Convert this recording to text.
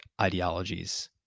ideologies